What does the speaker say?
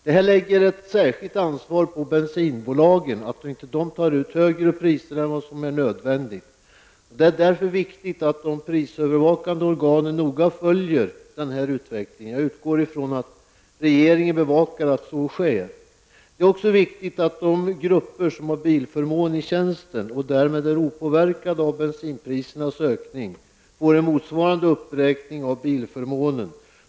Det lägger ett särskilt ansvar på bensinbolagen att inte ta ut högre priser än vad som är nödvändigt. Det är därför viktigt att de prisövervakande organen noga följer denna utveckling. Jag utgår från att regeringen bevakar att så sker. Det är också viktigt att de grupper som har bilförmån i tjänsten och därmed är opåverkade av bensinprisernas ökning får en motsvarande uppräkning av bilförmånen.